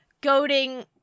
goading